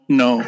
no